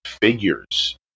figures